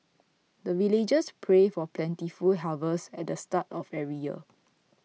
the villagers pray for plentiful harvest at the start of every year